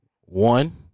One